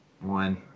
One